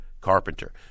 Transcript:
Carpenter